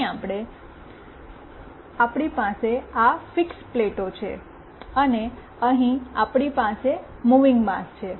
અહીં આપણી પાસે આ ફિક્સડ પ્લેટો છે અને અહીં આપણી પાસે મુવીંગ માસ છે